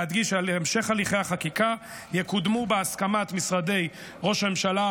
להדגיש שהמשך הליכי החקיקה יקודם בהסכמת משרדי ראש הממשלה,